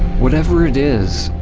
whatever it is,